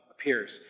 appears